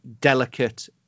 delicate